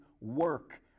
work